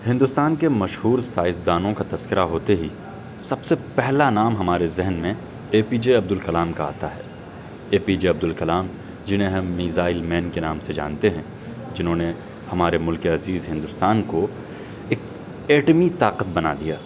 ہندوستان کے مشہور سائنسدانوں کا تذکرہ ہوتے ہی سب سے پہلا نام ہمارے ذہن میں A P J Abdul Kalam کا آتا ہے A P J Abdul Kalam جنہیں ہم میزائل مین کے نام سے جانتے ہیں جنہوں نے ہمارے ملک عزیز ہندوستان کو ایک ایٹمی طاقت بنا دیا